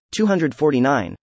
249